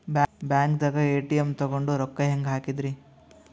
ಬ್ಯಾಂಕ್ದಾಗ ಎ.ಟಿ.ಎಂ ತಗೊಂಡ್ ರೊಕ್ಕ ಹೆಂಗ್ ಹಾಕದ್ರಿ?